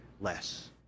less